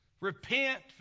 repent